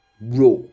raw